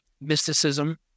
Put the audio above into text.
mysticism